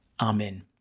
Amen